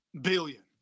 billion